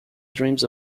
dreams